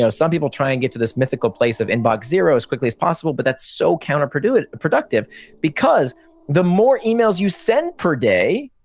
so some people try and get to this mythical place of inbox zero as quickly as possible, but that's so counterproductive counterproductive because the more emails you send per day,